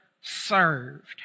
served